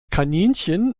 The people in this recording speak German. kaninchen